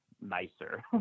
nicer